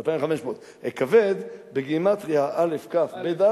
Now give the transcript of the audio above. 2,500. "אכבד" בגימטריה, אל"ף, כ"ף, בי"ת,